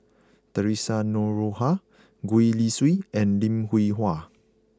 Theresa Noronha Gwee Li Sui and Lim Hwee Hua